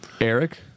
Eric